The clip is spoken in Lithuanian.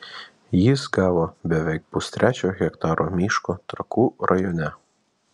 jis gavo beveik pustrečio hektaro miško trakų rajone